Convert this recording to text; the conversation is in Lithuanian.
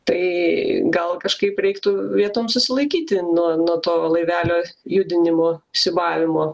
tai gal kažkaip reiktų vietom susilaikyti nuo nuo to laivelio judinimo siūbavimo